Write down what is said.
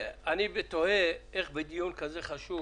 אני תוהה איך בדיון כזה חשוב